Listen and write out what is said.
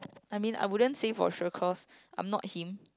I mean I wouldn't say for sure cause I'm not him